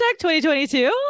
2022